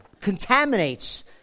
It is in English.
contaminates